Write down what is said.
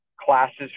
classes